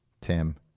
Tim